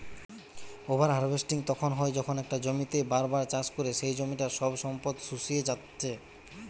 over harvesting তখন হয় যখন একটা জমিতেই বার বার চাষ করে সেই জমিটার সব সম্পদ শুষিয়ে জাত্ছে